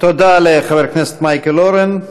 תודה לחבר הכנסת מייקל אורן.